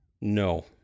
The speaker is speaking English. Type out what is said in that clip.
No